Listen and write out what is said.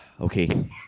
okay